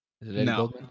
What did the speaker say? No